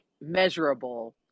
measurable